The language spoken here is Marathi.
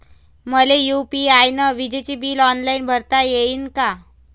मले यू.पी.आय न विजेचे बिल ऑनलाईन भरता येईन का?